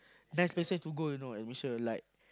nice places to go you know at Malaysia like